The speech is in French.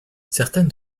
certaines